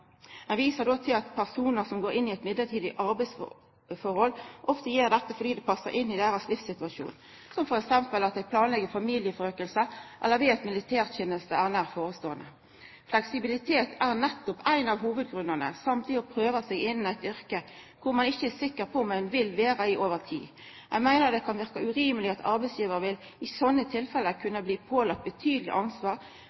Ein viser til at personar som går inn i eit midlertidig arbeidsforhold, ofte gjer dette fordi det passar inn i deira livssituasjon, som f.eks. at dei planlegg familieauke, eller at militærteneste er nær føreståande. Fleksibilitet er nettopp ein av hovudgrunnane, i tillegg til det å prøva seg innan eit yrke ein ikkje er sikker på at ein vil vera i over tid. Ein meiner det kan verka urimeleg at arbeidsgivar i sånne tilfelle